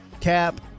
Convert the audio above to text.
Cap